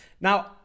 Now